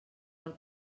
del